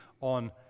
on